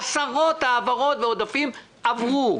עשרות העברות ועודפים עברו.